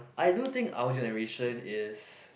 I do think our generation is